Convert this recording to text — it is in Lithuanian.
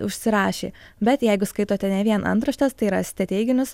užsirašė bet jeigu skaitote ne vien antraštes tai rasite teiginius